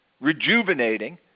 rejuvenating